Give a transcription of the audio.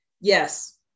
Yes